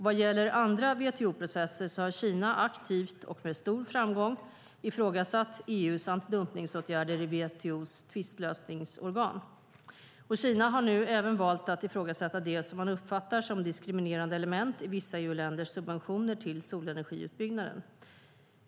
Vad gäller andra WTO-processer har Kina aktivt, och med stor framgång, ifrågasatt EU:s antidumpningsåtgärder i WTO:s tvistlösningsorgan. Kina har nu även valt att ifrågasätta det som man uppfattar som diskriminerande element i vissa EU-länders subventioner till solenergiutbyggnaden.